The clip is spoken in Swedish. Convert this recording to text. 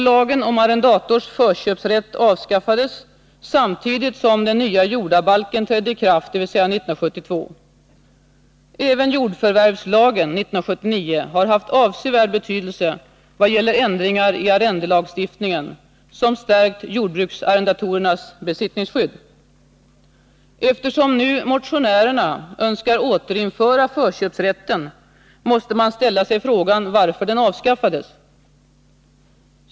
Lagen om arrendators förköpsrätt avskaffades samtidigt som den nya jordabalken trädde i kraft, dvs. 1972. Även jordförvärvslagen 1979 har haft avsevärd betydelse vad gäller ändringar i arrendelagstiftningen, som stärkt jordbruksarrendatorernas besittningsskydd. Eftersom nu motionärerna önskar återinföra förköpsrätten, måste man fråga sig varför den avskaffades.